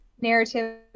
narrative